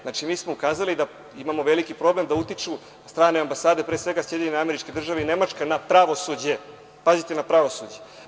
Znači, mi smo ukazali da imamo veliki problem da utiču strane ambasade, pre svega SAD i Nemačka, na pravosuđe, pazite, na pravosuđe.